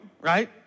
right